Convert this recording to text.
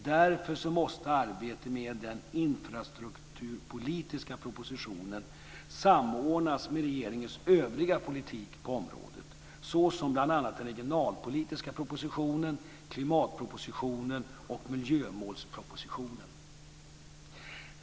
Därför måste arbetet med den infrastrukturpolitiska propositionen samordnas med regeringens övriga politik på området såsom bl.a. den regionalpolitiska propositionen, klimatpropositionen och miljömålspropositionen.